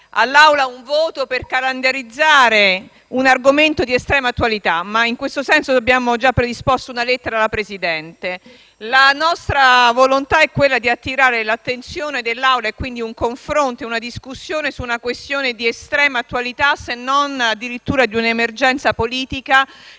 all'Assemblea un voto per calendarizzare un argomento di estrema attualità, ma in questo senso abbiamo già predisposto una lettera al Presidente. La nostra volontà è quella di attirare l'attenzione dell'Assemblea e quindi di chiedere un confronto e una discussione su una questione di estrema attualità, se non addirittura un'emergenza politica,